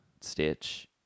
Stitch